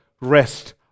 rest